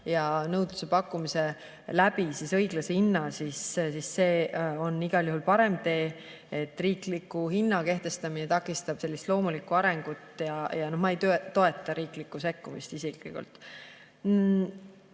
ja nõudluse-pakkumise läbi õiglase hinna, siis see on igal juhul parem tee. Riikliku hinna kehtestamine takistab loomulikku arengut ja ma ei toeta riiklikku sekkumist isiklikult.